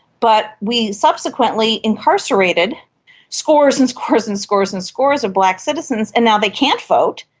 but we subsequently incarcerated scores and scores and scores and scores of black citizens and now they can't vote.